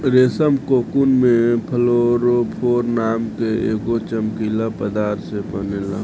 रेशम कोकून में फ्लोरोफोर नाम के एगो चमकीला पदार्थ से बनेला